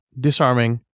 disarming